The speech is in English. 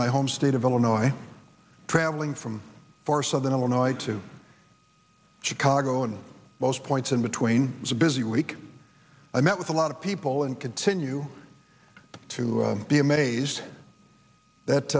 my home state of illinois traveling from four southern illinois to chicago and most points in between it's a busy week i met with a lot of people and continue to be amazed